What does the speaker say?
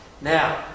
Now